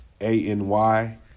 A-N-Y